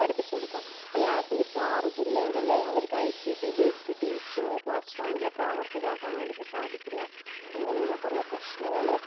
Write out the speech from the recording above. പഠിപ്പിച്ച് കൊടുക്കുക അപ്പം ലാപ്പിൽ ചാർജ് ഇല്ലെങ്കിൽ അവർക്ക് I C T based teaching class റൂമിൽ പ്രാവർത്തികാക്കാൻ വേണ്ടീട്ട് സാധിക്കില്ല ഇങ്ങനെയുള്ള കുറെ പ്രശ്നങ്ങൾ